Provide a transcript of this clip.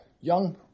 young